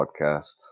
podcast